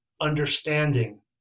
understanding